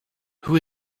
who